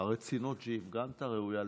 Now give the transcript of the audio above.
הרצינות שהפגנת ראויה לציון.